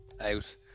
out